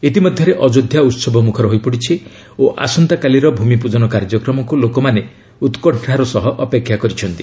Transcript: ଇତିମଧ୍ୟରେ ଅଯୋଧ୍ୟା ଉତ୍ସବମୁଖର ହୋଇପଡ଼ିଛି ଓ ଆସନ୍ତାକାଲିର ଭୂମିପୂଜନ କାର୍ଯ୍ୟକ୍ରମକୁ ଲୋକମାନେ ଉତ୍କଶ୍ଚାର ସହ ଅପେକ୍ଷା କରିଚ୍ଚନ୍ତି